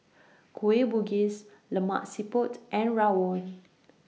Kueh Bugis Lemak Siput and Rawon